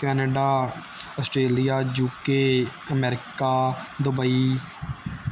Canada Australia UK America Dubai